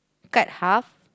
cut half